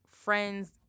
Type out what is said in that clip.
Friends